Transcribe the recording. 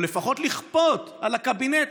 או לפחות לכפות על הקבינט,